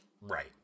Right